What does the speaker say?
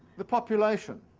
the population.